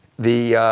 the,